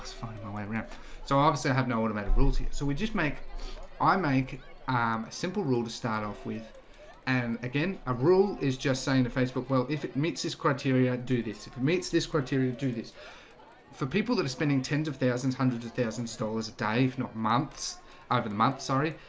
final my way. so i so also have no automated rules here so we just make i make um a simple rule to start off with and again, a rule is just saying to facebook. well, if it meets this criteria do this if it meets this criteria do this for people that are spending tens of thousands hundreds of thousands dollars a day. if not months over the map. sorry.